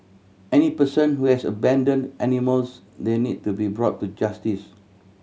any person who has abandon animals they need to be brought to justice